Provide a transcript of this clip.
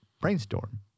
brainstorm